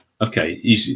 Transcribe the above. okay